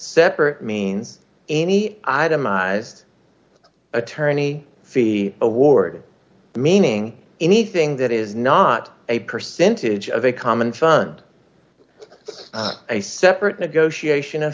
separate means any itemized attorney fee award meaning anything that is not a percentage of a common fund it's a separate negotiation of